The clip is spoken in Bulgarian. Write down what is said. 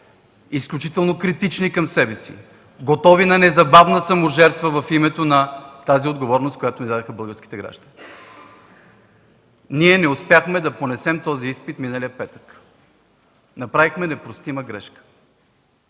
изключително критични към себе си, готови на незабавна саможертва в името на тази отговорност, която ни дадоха българските граждани. Ние не успяхме да понесем този изпит миналия петък. Направихме непростима грешка